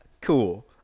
Cool